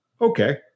okay